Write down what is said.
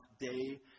day